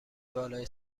بالای